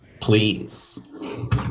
Please